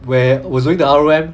where was doing the R_O_M